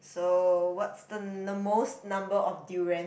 so what's the the most number of durian